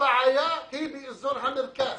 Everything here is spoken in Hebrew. הבעיה היא באזור המרכז.